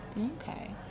Okay